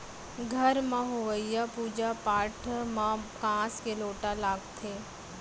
घर म होवइया पूजा पाठ म कांस के लोटा लागथे